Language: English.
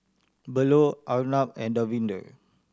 Bellur Arnab and Davinder